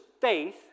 faith